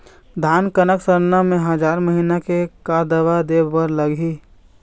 धान कनक सरना मे हजार महीना मे का दवा दे बर लगही?